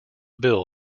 bill